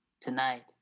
Tonight